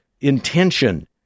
intention